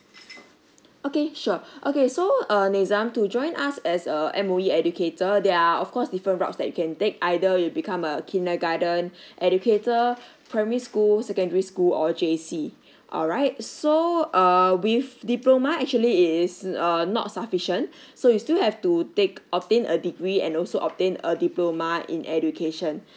okay sure okay so uh nizam to join us as a M_O_E educator there are of course different routes that you can take either you become a kindergarten educator primary school secondary school or J_C alright so err with diploma actually it is err not sufficient so you still have to take obtain a degree and also obtained a diploma in education